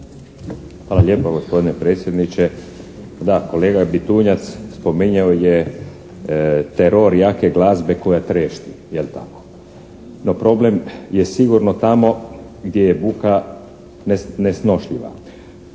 Hvala lijepa gospodine predsjedniče. Da, kolega Bitunjac spominjao je teror jake glazbe koja trešti, jel tako? No problem je sigurno tamo gdje je buka nesnošljiva.